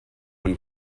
and